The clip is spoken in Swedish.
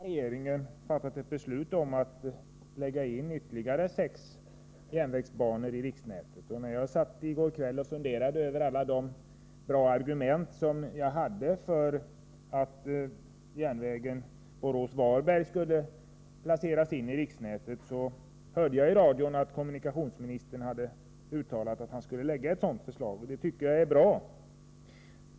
Herr talman! Jag har begärt ordet för att säga något om de järnvägslinjer som vi har i Sjuhäradsbygden, närmare bestämt linjerna Borås-Varberg och Falköping-Landeryd. Regeringen har nu fattat beslut om att lägga in ytterligare sex järnvägsbanor i riksnätet. När jag i går kväll funderade över alla de goda argument som jag hade för att järnvägen Borås-Varberg skulle placeras in i riksnätet, hörde jag i radio att kommunikationsministern hade uttalat att ett sådant förslag skulle läggas fram — och det tycker jag är bra.